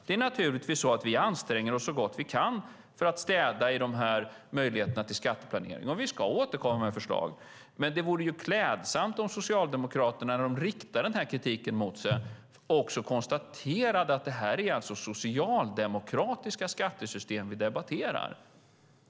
Det är naturligtvis så att vi anstränger oss så gott vi kan för att städa i dessa möjligheter till skatteplanering, och vi ska återkomma med förslag. Men det vore klädsamt om Socialdemokraterna när de riktar denna kritik också konstaterade att det är socialdemokratiska skattesystem som vi debatterar.